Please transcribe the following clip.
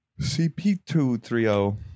CP230